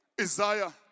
Isaiah